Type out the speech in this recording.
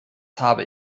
habe